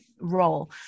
role